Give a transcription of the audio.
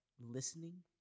listening